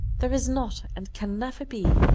there is not, and can never be,